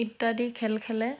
ইত্যাদি খেল খেলে